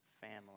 family